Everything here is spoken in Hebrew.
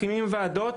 מקימים ועדות,